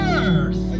earth